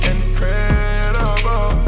Incredible